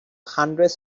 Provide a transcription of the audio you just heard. hundreds